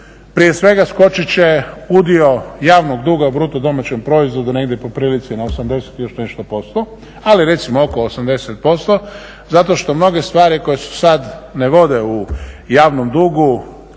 Prije svega skočit će udio javnog duga u bruto domaćem proizvodu negdje po prilici na 80 i još nešto posto, ali recimo oko 80% zato što mnoge stvari koje su sad, ne vode u javnom dugu